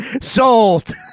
Sold